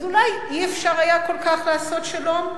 אז אולי אי-אפשר היה כל כך לעשות שלום?